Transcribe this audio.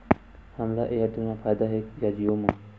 हमला एयरटेल मा फ़ायदा हे या जिओ मा?